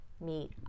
meet